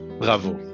Bravo